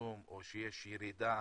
צמצום או שיש ירידה